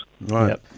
Right